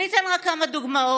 אני אתן רק כמה דוגמאות: